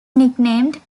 nicknamed